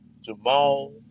Jamal